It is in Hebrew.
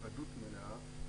בהתוודות מלאה,